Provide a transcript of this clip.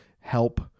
help